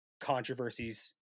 Controversies